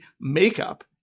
makeup